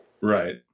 Right